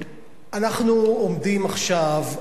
אנחנו עומדים עכשיו,